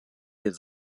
has